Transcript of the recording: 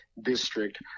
district